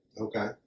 Okay